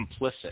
complicit